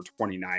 29%